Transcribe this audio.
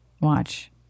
watch